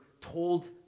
told